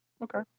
okay